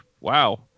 wow